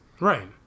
right